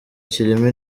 kirimo